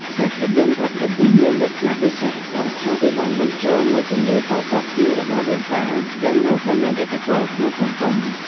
ខ្សែភាពយន្តប្រភេទនេះមានលក្ខណៈពិសេសត្រង់ថាវាបានបញ្ចូលនូវជំនឿតៗគ្នារបស់ដូនតាដែលនៅតែមានឥទ្ធិពលក្នុងសង្គម។